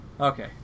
Okay